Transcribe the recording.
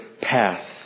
path